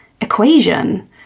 equation